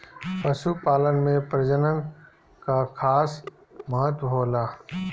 पशुपालन में प्रजनन कअ खास महत्व होला